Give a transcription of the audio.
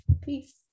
Peace